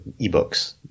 ebooks